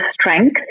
strength